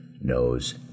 knows